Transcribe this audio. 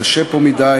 קשה פה מדי,